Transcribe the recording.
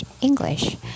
English